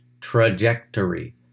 trajectory